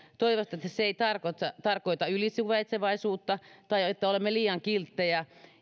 toivottavasti se ei tarkoita ylisuvaitsevaisuutta tai sitä että olemme liian kilttejä